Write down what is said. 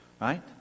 right